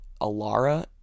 Alara